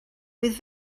with